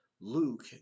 Luke